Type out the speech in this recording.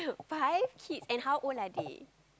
five kids and how old are they